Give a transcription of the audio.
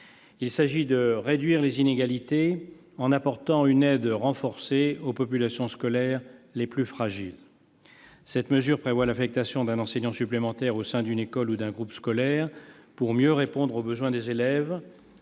Il s'agit de réduire les inégalités en apportant une aide renforcée aux populations scolaires les plus fragiles. Cette mesure prévoit l'affectation d'un enseignant supplémentaire au sein d'une école ou d'un groupe scolaire pour mieux répondre aux besoins des élèves